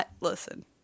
Listen